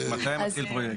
מתי מתחיל פרויקט.